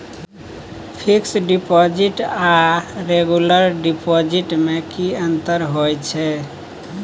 Fix deposit आर regular deposit में की अंतर होय छै?